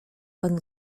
panu